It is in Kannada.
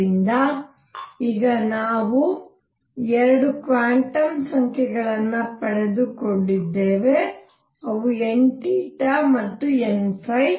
ಆದ್ದರಿಂದ ಈಗ ನಾವು 2 ಕ್ವಾಂಟಮ್ ಸಂಖ್ಯೆಗಳನ್ನು ಪಡೆದುಕೊಂಡಿದ್ದೇವೆ ಅವು n ಮತ್ತು n